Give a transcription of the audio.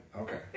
okay